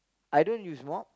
I don't use mop